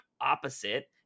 opposite